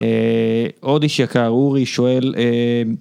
עוד איש יקר אורי שואל.